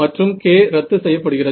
மற்றும் k ரத்து செய்யப்படுகிறது